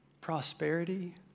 prosperity